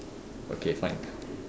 okay fine